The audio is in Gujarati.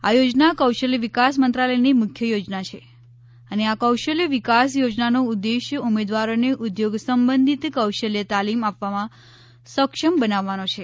આ યોજના કૌશલ્ય વિકાસ મંત્રાલયની મુખ્ય યોજના છે અને આ કૌશલ્ય વિકાસ યોજનાનો ઉદ્દેશ ઉમેદવારોને ઉદ્યોગ સંબંધિત કૌશલ્ય તાલીમ અપાવવામાં સક્ષમ બનાવવાનો છે